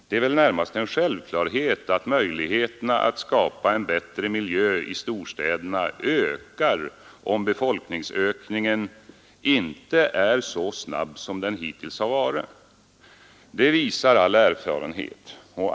Det är väl närmast en självklarhet att möjligheterna att skapa en bättre miljö i storstäderna ökar om befolkningsökningen inte är så snabb som hittills det visar all erfarenhet.